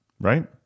Right